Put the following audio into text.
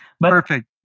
Perfect